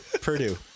Purdue